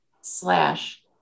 slash